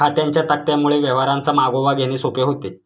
खात्यांच्या तक्त्यांमुळे व्यवहारांचा मागोवा घेणे सोपे होते